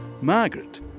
Margaret